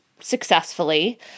successfully